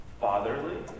fatherly